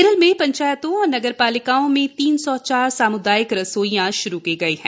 केरल में पंचायतों और नगरपालिकाओं में तीन सौ चार सामूदायिक रसोइयां श्रू की गई हैं